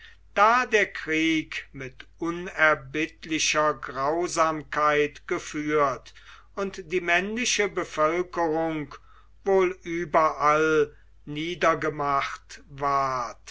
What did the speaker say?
da der krieg mit unerbittlicher grausamkeit geführt und die männliche bevölkerung wohl überall niedergemacht ward